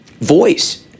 voice